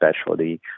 specialty